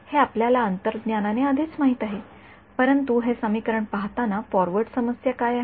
हे आपल्याला अंतर्ज्ञानाने आधीच माहित आहे परंतु हे समीकरण पाहताना फॉरवर्ड समस्या काय आहे